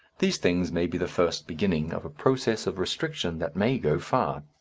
these things may be the first beginning of a process of restriction that may go far.